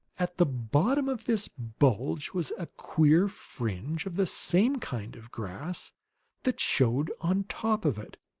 at the bottom of this bulge was a queer fringe of the same kind of grass that showed on top of it.